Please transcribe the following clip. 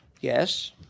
yes